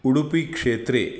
उडुपिक्षेत्रे